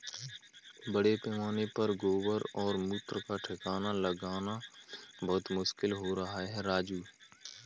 बड़े पैमाने पर गोबर और मूत्र का ठिकाना लगाना बहुत मुश्किल हो रहा है राजू